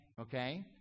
okay